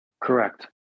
Correct